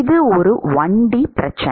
இது ஒரு 1D பிரச்சனை